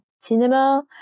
cinema